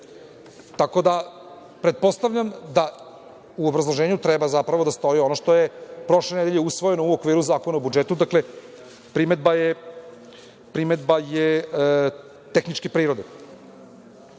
tako da pretpostavljam da u obrazloženju treba zapravo da stoji ono što je prošle nedelje usvojeno u okviru Zakona o budžetu. Dakle, primedba je tehničke prirode. Da